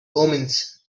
omens